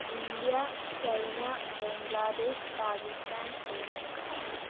India China Bangladesh Pakistan Sri Lanka